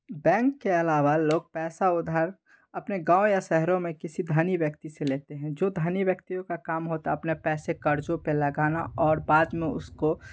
bank के अलावा लोग पैसा उधार अपने गाँव या शहरों में किसी धनी व्यक्ति से लेते हैं जो धनी व्यक्तियों का काम होता अपना पैसे कर्जों पे लगाना और बाद में उसको